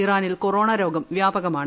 ഇറാനിൽ കൊറോണ രോഗം വ്യാപകമാണ്